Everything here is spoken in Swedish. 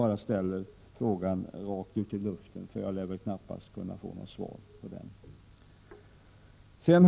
Jag ställer bara frågan rakt ut i luften, eftersom jag knappast lär kunna få något svar på den.